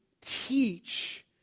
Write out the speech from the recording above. teach